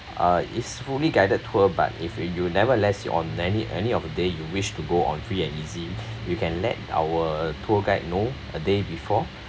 uh it's fully guided tour but if you nevertheless on any any of the day you wish to go on free and easy you can let our tour guide know a day before